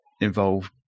Involved